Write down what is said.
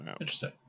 interesting